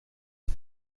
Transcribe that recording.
que